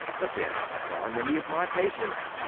but then, what are many of my patients?